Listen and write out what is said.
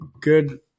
good